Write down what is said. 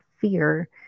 fear